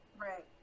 Right